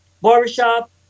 Barbershop